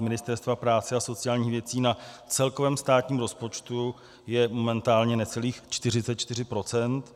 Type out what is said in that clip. Ministerstva práce a sociálních věcí, na celkovém státním rozpočtu je momentálně necelých 44 %.